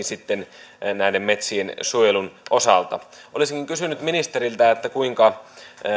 sitten myöskin näiden metsien suojelun osalta olisinkin kysynyt ministeriltä kuinka